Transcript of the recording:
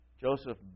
Joseph